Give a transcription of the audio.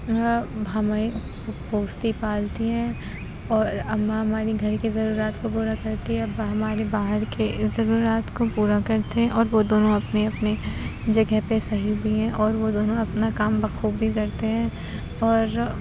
ہمیں پوستی پالتی ہیں اور اماں ہماری گھر کی ضروریات کو پورا کرتی ہیں ابا ہماری باہر کے ضروریات کو پورا کرتے ہیں اور وہ دونوں اپنی اپنی جگہ پہ صحیح بھی ہیں اور وہ دونوں اپنا کام بخوبی کرتے ہیں اور